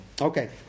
Okay